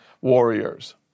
warriors